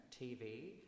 TV